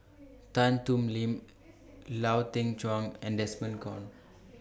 Tan Thoon Lip Lau Teng Chuan and Desmond Kon